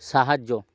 সাহায্য